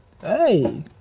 Hey